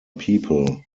people